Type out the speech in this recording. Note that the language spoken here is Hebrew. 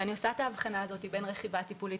אני עושה את ההבחנה בין רכיבה טיפולית